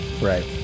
Right